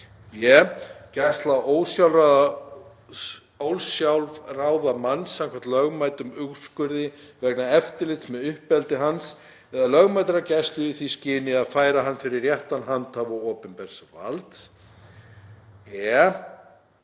gæsla ósjálfráða manns samkvæmt löglegum úrskurði vegna eftirlits með uppeldi hans eða lögmætrar gæslu í því skyni að færa hann fyrir réttan handhafa opinbers valds;